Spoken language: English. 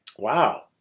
Wow